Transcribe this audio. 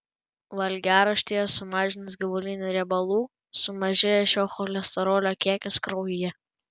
valgiaraštyje sumažinus gyvulinių riebalų sumažėja šio cholesterolio kiekis kraujyje